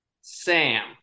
Sam